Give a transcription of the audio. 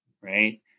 right